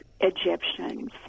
Egyptians